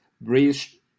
bridge